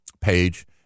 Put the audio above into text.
page